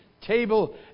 table